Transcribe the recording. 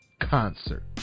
concert